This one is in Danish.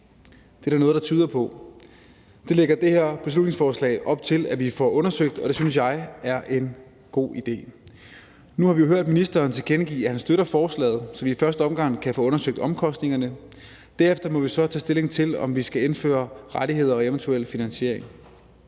Det er der noget der tyder på. Det lægger det her beslutningsforslag op til at vi får undersøgt, og det synes jeg er en god idé. Nu har vi hørt ministeren tilkendegive, at han støtter forslaget, så vi i første omgang kan få undersøgt omkostningerne. Derefter må vi så tage stilling til, om vi skal indføre rettigheder, og en eventuel finansiering.